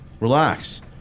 Relax